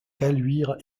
caluire